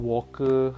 Walker